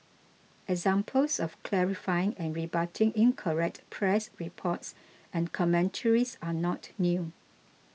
examples of clarifying and rebutting incorrect press reports and commentaries are not new